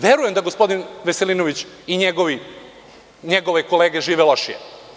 Verujem da gospodin Veselinović i njegove kolege žive lošije.